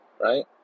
right